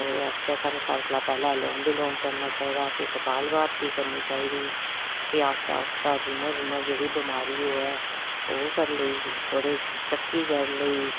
ओहदे आस्तै सानूं सारे कोला पैह्लें ओम विलोम करना चाहिदा फिर कपाल भारती करनी चाहिदी फिर आस्ता आस्ता जि'यां जि'यां जेह्ड़ी बमारी होऐ ओह् करी लेई थोह्ड़ी चक्की करी लेई